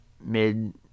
mid